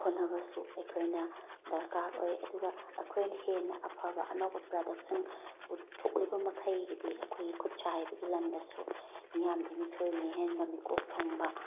ꯍꯣꯠꯅꯕꯁꯨ ꯑꯩꯈꯣꯏꯅ ꯗ꯭ꯔꯀꯥꯔ ꯑꯣꯏ ꯑꯗꯨꯒ ꯑꯩꯈꯣꯏꯅ ꯍꯦꯟꯅ ꯑꯐꯕ ꯑꯅꯧꯕ ꯄ꯭ꯔꯗꯛꯁꯤꯡ ꯄꯨꯊꯣꯛꯂꯤꯕꯃꯈꯩꯒꯤꯗꯤ ꯑꯩꯈꯣꯏꯒꯤ ꯈꯨꯠꯁꯥ ꯍꯩꯕꯒꯤ ꯂꯝꯗꯁꯨ ꯃꯤꯌꯥꯝꯗꯩ ꯃꯤꯊꯣꯏ ꯃꯤꯍꯦꯟꯕ ꯃꯤꯀꯣꯛ ꯊꯣꯡꯕ